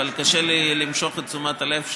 אבל קשה לי למשוך את תשומת הלב שלה.